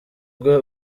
rwe